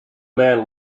man